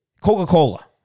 Coca-Cola